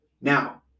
Now